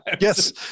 Yes